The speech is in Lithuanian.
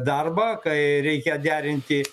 darbą kai reikia derinti